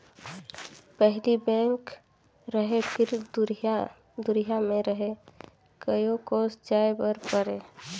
पहिली बेंक रहें फिर दुरिहा दुरिहा मे रहे कयो कोस जाय बर परे